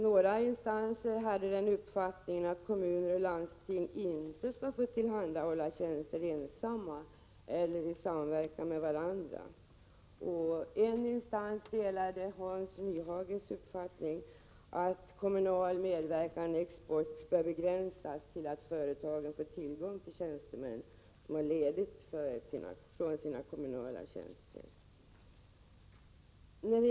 Några hade uppfattningen att kommuner och landsting inte skall få tillhandahålla tjänster ensamma eller i samverkan med varandra, och en instans hade samma uppfattning som Hans Nyhage, att kommunal medverkan vid export skall begränsas till att företagen får tillgång till tjänstemän, som har ledigt från sina kommunala tjänster.